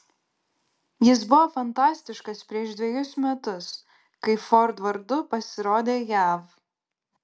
jis buvo fantastiškas prieš dvejus metus kai ford vardu pasirodė jav